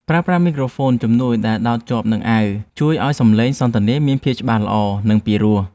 ប្រើប្រាស់មីក្រូហ្វូនជំនួយដែលដោតជាប់នឹងអាវជួយឱ្យសំឡេងសន្ទនាមានភាពច្បាស់ល្អ និង ពីរោះស្ដាប់។